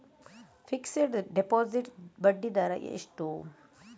Fixed deposit ಬಡ್ಡಿ ದರ ಎಷ್ಟು?